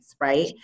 right